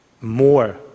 More